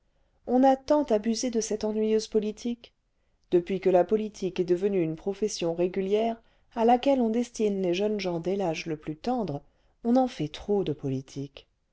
on a tant abusé cle cette ennuyeuse politique depuis que la politique est devenue une profession régulière à laquelle on destine les jeunes gens dès l'âge le plus tendre on en fait trop de politique